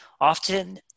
often